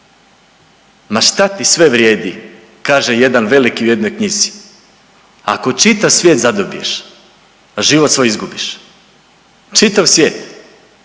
Ma šta ti sve vrijedi, kaže jedan veliki u jednoj knjizi, ako čitav svijet zadobiješ, a život svoj izgubiš, čitav svijet,